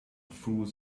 through